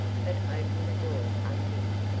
but opened the door unbidden.